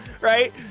right